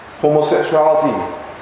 homosexuality